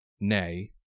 nay